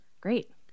Great